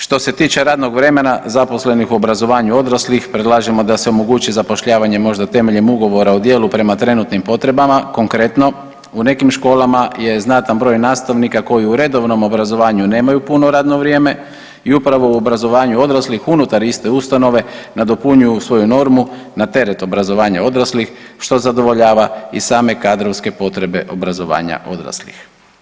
Što se tiče radnog vremena zaposlenih u obrazovanju odraslih predlažemo da se omogući zapošljavanje možda temeljem Ugovora o djelu prema trenutnim potrebama, konkretno u nekim školama je znatan broj nastavnika koji u redovnom obrazovanju nemaju puno radno vrijeme i upravo u obrazovanju odraslih unutar iste ustanove nadopunjuju svoju normu na teret obrazovanja odraslih, što zadovoljava i same kadrovske potrebe obrazovanja odraslih.